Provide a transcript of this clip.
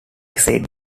said